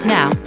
Now